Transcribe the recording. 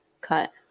cut